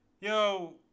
Yo